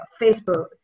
Facebook